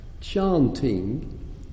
chanting